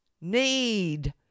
need